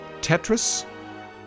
Tetris